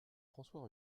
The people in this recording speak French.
françois